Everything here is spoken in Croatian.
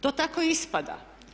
To tako ispada.